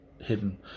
hidden